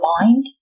mind